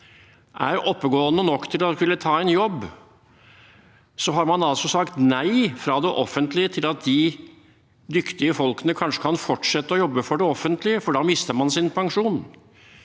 er oppegående nok til å kunne ta en jobb, har man altså sagt nei fra det offentlige til at de dyktige folkene kanskje kan fortsette å jobbe for det offentlige, for da mister man sin pensjon.